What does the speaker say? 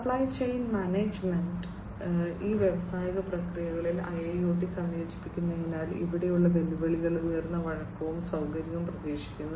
supply chain management ഈ വ്യാവസായിക പ്രക്രിയകളിൽ IIoT സംയോജിപ്പിക്കുന്നതിനാൽ ഇവിടെയുള്ള വെല്ലുവിളികൾ ഉയർന്ന വഴക്കവും സൌകര്യവും പ്രതീക്ഷിക്കുന്നു